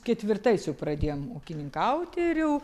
ketvirtais jau pradėjom ūkininkauti ir jau